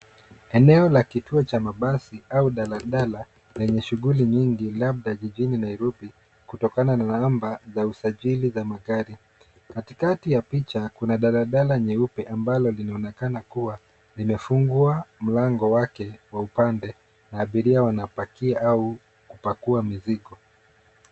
Eneo la kituo cha mabasi au daladala lenye shughuli nyingi labda jijini Nairobi, kutokana na namba la usajili la magari. Katikati ya picha kuna daladala nyeupe ambalo linaonekana kuwa limefungwa mlango wake wa upande na abiria wanapakia au kupakua mizigo.